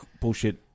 bullshit